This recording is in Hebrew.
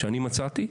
שאני מצאתי,